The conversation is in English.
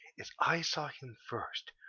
as i saw him first,